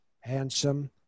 handsome